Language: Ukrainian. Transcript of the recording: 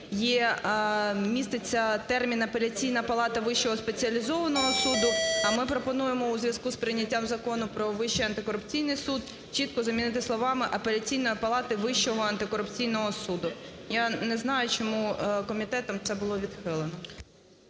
міститься термін "Апеляційна палата Вищого спеціалізованого суду", а ми пропонуємо у зв'язку з прийняттям Закону "Про Вищий антикорупційний суд" чітко замінити словами "Апеляційною палатою Вищого антикорупційного суду". Я не знаю, чому комітетом це було відхилено.